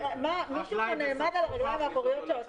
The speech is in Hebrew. מישהו נעמד על הרגליים האחוריות שלו?